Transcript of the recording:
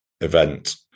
event